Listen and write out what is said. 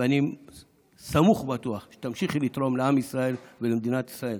ואני סמוך ובטוח שתמשיכי לתרום לעם ישראל ולמדינת ישראל.